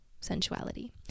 sensuality